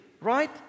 right